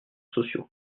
sociaux